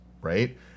right